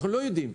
אנחנו לא יודעים.